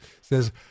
says